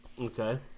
Okay